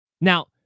Now